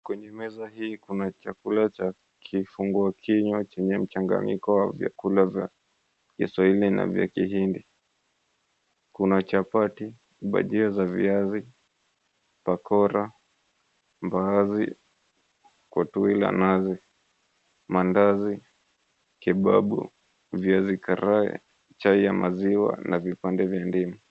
Kwenye meza hii kuna chakula cha kifungua kinywa chenye mchanganyiko wa vyakula vya kiswahili na vya kihindi. Kuna chapati, bajia za viazi, pakora, mbaazi kwa tui la nazi, maandazi, kebabu, viazi karai, chai ya maziwa na vipande vya ndimu.